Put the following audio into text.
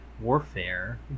Warfare